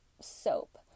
soap